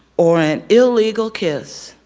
or an illegal kiss.